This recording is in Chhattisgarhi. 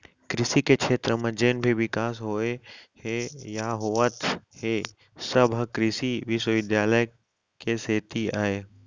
कृसि के छेत्र म जेन भी बिकास होए हे या होवत हे सब ह कृसि बिस्वबिद्यालय के सेती अय